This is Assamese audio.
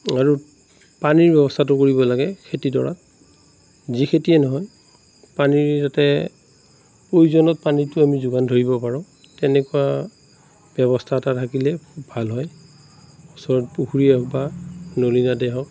আৰু পানীৰ ব্যৱস্থাটো কৰিব লাগে খেতিডৰাত যি খেতিয়ে নহয় পানী যাতে প্ৰয়োজনত পানীটো আমি যোগান ধৰিব পাৰোঁ তেনেকুৱা ব্যৱস্থা এটা থাকিলে ভাল হয় ওচৰত পুখুৰীয়ে হওক বা নলী নাদেই হওক